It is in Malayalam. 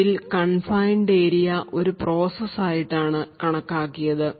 ഇതിൽ കൺഫൈൻഡ് ഏരിയ ഒരു പ്രോസസ് ആയിട്ടാണ് കണക്കാക്കിയത്